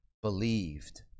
believed